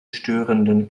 störenden